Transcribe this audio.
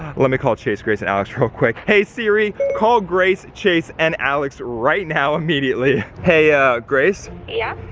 let me call chase, grace and alex real quick. hey siri, call grace, chase and alex right now immediately. hey ah grace, yeah?